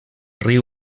riu